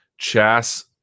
chass